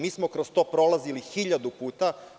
Mi smo kroz to prolazili hiljadu puta.